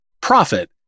Profit